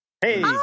hey